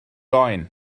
oen